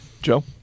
Joe